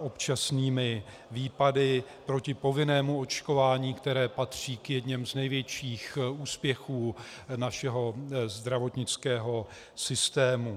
občasnými výpady proti povinnému očkování, které patří k jedněm z nejlepších úspěchů našeho zdravotnického systému.